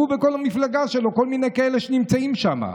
הוא וכל המפלגה שלו, כל מיני כאלה שנמצאים שם,